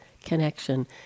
connection